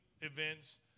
events